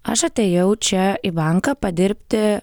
aš atėjau čia į banką padirbti